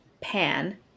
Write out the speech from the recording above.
Pan